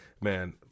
man